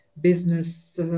business